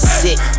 sick